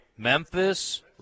Memphis